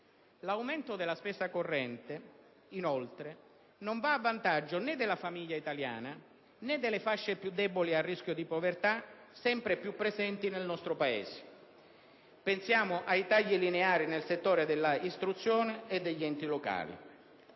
L'aumento della spesa corrente, inoltre, non va a vantaggio né della famiglia italiana né delle fasce più deboli e a rischio di povertà sempre più presenti nel nostro Paese. Pensiamo ai tagli lineari nel settore dell'istruzione e degli enti locali.